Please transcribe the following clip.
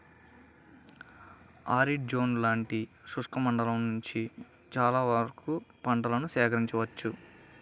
arid zone లాంటి శుష్క మండలం నుండి చాలా వరకు పంటలను సేకరించవచ్చు